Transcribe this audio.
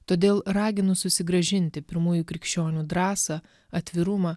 todėl raginu susigrąžinti pirmųjų krikščionių drąsą atvirumą